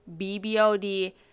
BBOD